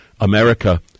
America